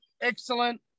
Excellent